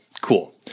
cool